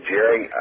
Jerry